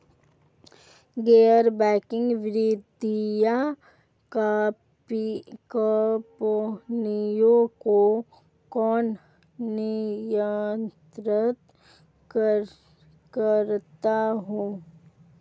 गैर बैंकिंग वित्तीय कंपनियों को कौन नियंत्रित करता है?